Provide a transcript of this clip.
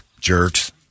jerks